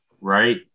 Right